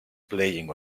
playing